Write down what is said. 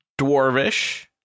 Dwarvish